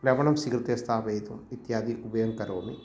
लवणं स्वीकृत्य स्थापयितुम् इत्यादि उपयोगं करोमि